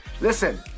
Listen